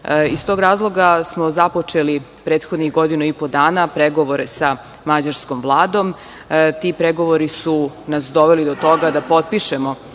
tog razloga smo započeli prethodnih godinu i po dana pregovore sa mađarskom Vladom. Ti pregovori su nas doveli do toga da potpišemo